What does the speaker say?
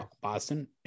boston